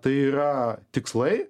tai yra tikslai